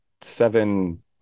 seven